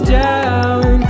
down